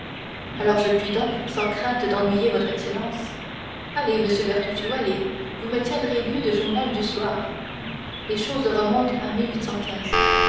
alors je puis donc sans crainte d'ennuyer votre excellence allez monsieur bertuccio allez vous me tiendrez lieu de journal du soir les choses remontent à